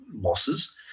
losses